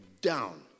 down